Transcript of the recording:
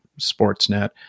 Sportsnet